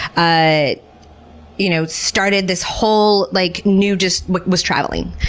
i you know started this whole like new, just was traveling.